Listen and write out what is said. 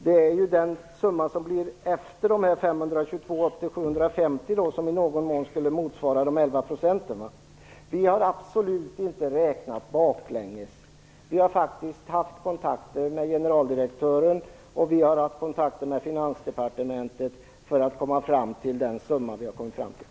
Det är alltså skillnaden mellan 750 tjänster och 522 tjänster som i någon mån skulle motsvara de 11 Vi har absolut inte räknat baklänges. Vi har faktiskt haft kontakter med generaldirektören och med Finansdepartementet för att komma fram till den summa vi har kommit fram till.